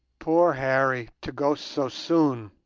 poor harry to go so soon!